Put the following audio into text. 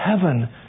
heaven